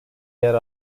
yer